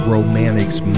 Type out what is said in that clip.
Romantics